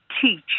teach